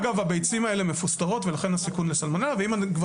הביצים האלה מפוסטרות ולכן הסיכון לסלמונלה נמוך.